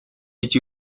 эти